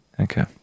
Okay